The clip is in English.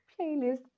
playlist